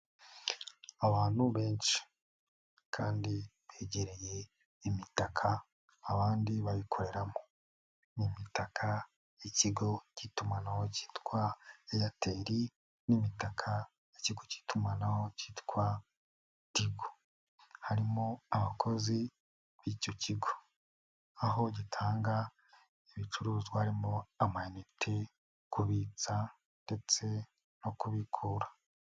Abantu benshi, kandi begereye imitaka, abandi bayikoreramo, ni imitaka yikigo cy'itumanaho cyitwa Eyateli, n'imitaka y'ikigo cy'itumanaho cyitwa tigo, harimo abakozi b'icyo kigo, aho gitanga ibicuruzwa harimo amayinite, kubitsa ndetse no kubikura.